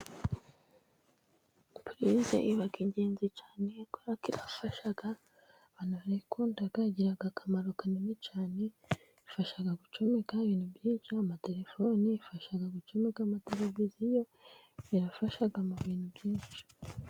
Purize iba ingenzi cyane kuki ifasha, barayikunda igira akamaro kanini cyane, ifasha gucomekaho ibintu byinshi: amatelefone, ifasha gucameka amateleviziyo, ifasha mu bintu byinshi.